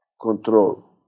control